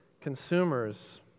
consumers